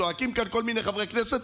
צועקים כאן כל מיני חברי כנסת,